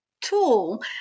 tool